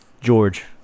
George